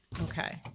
Okay